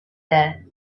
there